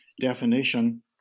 definition